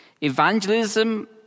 evangelism